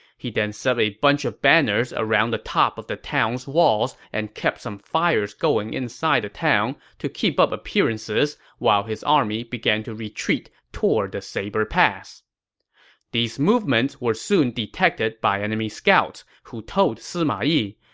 he then set up a bunch of banners around the top of the town's walls and kept some fires going inside the town to keep up appearances while his army began to retreat toward the saber pass these movements were soon detected by enemy scouts, who told sima yi,